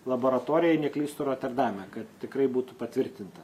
laboratoriją jei neklystu roterdame kad tikrai būtų patvirtinta